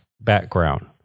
background